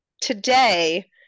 today